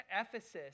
Ephesus